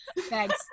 Thanks